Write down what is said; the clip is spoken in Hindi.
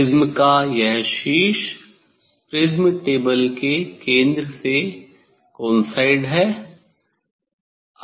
प्रिज्म का यह शीर्ष प्रिज्म टेबल के केंद्र से कोइंसाइड है